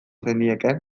zenieke